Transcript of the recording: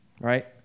right